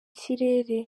kirere